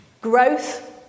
Growth